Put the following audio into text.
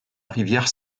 rivière